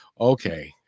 okay